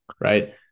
right